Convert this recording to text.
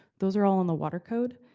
those are all in the water code.